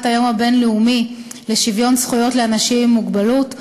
היום הבין-לאומי לשוויון זכויות לאנשים עם מוגבלות,